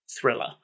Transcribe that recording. thriller